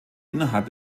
innerhalb